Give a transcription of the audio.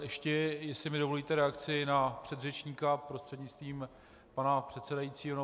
Ještě jestli mi dovolíte reakci na předřečníka prostřednictvím pana předsedajícího.